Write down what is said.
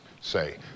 say